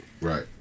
Right